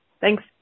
Thanks